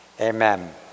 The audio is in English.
Amen